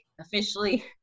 officially